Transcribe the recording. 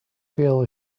feel